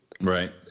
Right